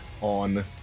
on